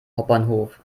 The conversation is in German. hauptbahnhof